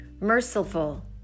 merciful